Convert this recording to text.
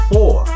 Four